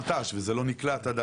כמובן להעביר לך.